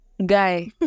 guy